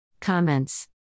Comments